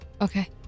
Okay